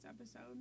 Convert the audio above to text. episode